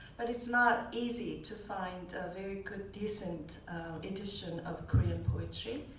but it's not easy to find a very good, decent edition of korean poetry.